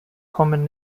kommen